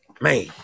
Man